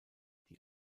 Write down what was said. die